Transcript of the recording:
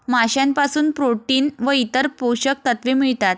माशांपासून प्रोटीन व इतर पोषक तत्वे मिळतात